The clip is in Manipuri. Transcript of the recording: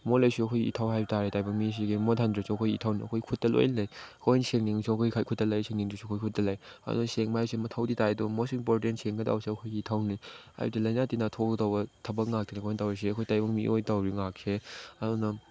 ꯃꯣꯠꯂꯁꯨ ꯑꯩꯈꯣꯏ ꯏꯊꯧ ꯍꯥꯏꯕꯇꯥꯔꯦ ꯇꯥꯏꯕꯪ ꯃꯤꯁꯤꯒꯤ ꯃꯣꯠꯍꯜꯗ꯭ꯔꯁꯨ ꯑꯩꯈꯣꯏ ꯏꯊꯧꯅꯤ ꯑꯩꯈꯣꯏ ꯈꯨꯠꯇ ꯂꯣꯏ ꯂꯩ ꯑꯩꯈꯣꯏ ꯁꯦꯡꯅꯤꯡꯉꯁꯨ ꯑꯩꯈꯣꯏ ꯈꯨꯠꯇ ꯂꯩ ꯁꯦꯡꯅꯤꯡꯗ꯭ꯔꯁꯨ ꯑꯩꯈꯣꯏ ꯈꯨꯠꯇ ꯂꯩ ꯑꯗꯣ ꯁꯦꯡꯕ ꯍꯥꯏꯁꯦ ꯃꯊꯧꯗꯤ ꯇꯥꯏ ꯑꯗꯣ ꯃꯣꯁ ꯏꯝꯄꯣꯔꯇꯦꯟ ꯁꯦꯡꯒꯗꯧꯁꯦ ꯑꯩꯈꯣꯏꯒꯤ ꯏꯊꯧꯅꯤ ꯍꯥꯏꯕꯗꯤ ꯂꯥꯏꯅꯥ ꯇꯤꯟꯅꯥ ꯊꯣꯛꯀꯗꯧꯕ ꯊꯕꯛ ꯉꯥꯛꯇꯅꯦ ꯑꯩꯈꯣꯏ ꯇꯧꯔꯤꯁꯦ ꯑꯩꯈꯣꯏ ꯇꯥꯏꯕꯪ ꯃꯤꯑꯣꯏ ꯇꯧꯔꯤ ꯉꯥꯛꯁꯦ ꯑꯗꯨꯅ